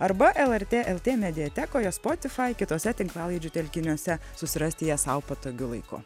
arba lrt lt mediatekoje spotify kitose tinklalaidžių telkiniuose susirasti ją sau patogiu laiku